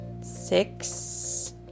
Six